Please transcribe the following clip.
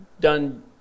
done